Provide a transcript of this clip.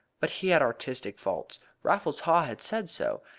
but he had artistic faults. raffles haw had said so,